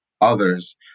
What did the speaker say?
others